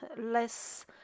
less